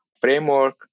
framework